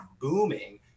booming